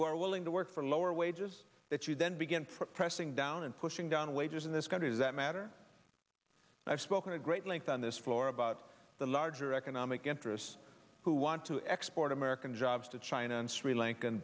who are willing to work for lower wages that you then begin pressing down and pushing down wages in this country that matter i've spoken to great length on this floor about the larger economic interests who want to export american jobs to china and s